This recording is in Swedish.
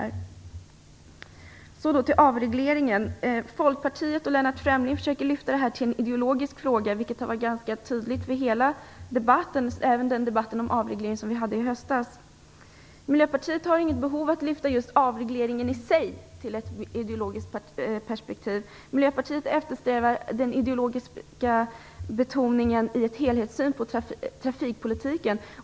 Så till frågan om avreglering: Folkpartiet och Lennart Fremling försöker göra det till en ideologisk fråga. Det har varit ganska tydligt i hela debatten - även i den debatt om avreglering vi hade i höstas. Miljöpartiet har inget behov av att lyfta just avregleringen i sig till ett ideologiskt plan. Miljöpartiet eftersträvar den ideologiska betoningen i helhetssynen på trafikpolitiken.